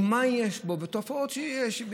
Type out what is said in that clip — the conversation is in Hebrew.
או מה יש בתופעות שיש לו,